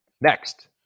Next